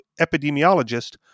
epidemiologist